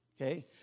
okay